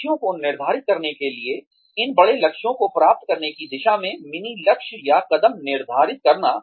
लक्ष्यों को निर्धारित करने के लिए इन बड़े लक्ष्यों को प्राप्त करने की दिशा में मिनी लक्ष्य या कदम निर्धारित करना